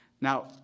Now